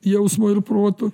jausmo ir proto